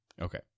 Okay